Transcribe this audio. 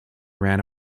ran